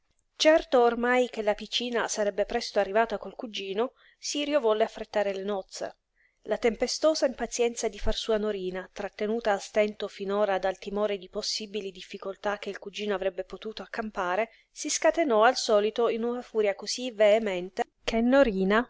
certo ormai che la piccina sarebbe presto arrivata col cugino sirio volle affrettare le nozze la tempestosa impazienza di far sua norina trattenuta a stento finora dal timore di possibili difficoltà che il cugino avrebbe potuto accampare si scatenò al solito in una furia cosí veemente che norina